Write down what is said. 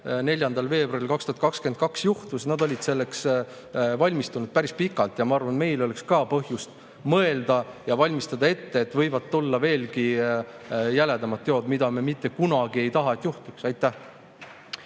24. veebruaril 2022 juhtus, nad olid valmistunud päris pikalt. Ja ma arvan, et meil oleks ka põhjust mõelda ja valmistada ette, et võivad tulla veelgi jäledamad teod, mida me mitte kunagi ei taha, et juhtuks. Aitäh!